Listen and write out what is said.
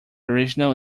original